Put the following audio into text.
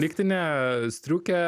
lygtinę striukę